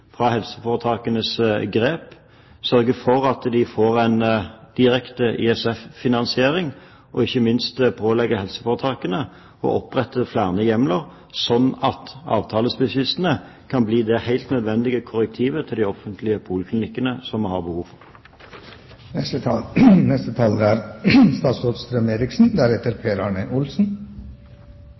fra helseforetakenes grep, sørge for at de får en direkte ISF, og ikke minst pålegge helseforetakene å opprette flere hjemler sånn at avtalespesialistene kan bli det helt nødvendige korrektivet til de offentlige poliklinikkene, som vi har behov